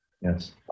Yes